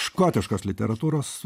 škotiškos literatūros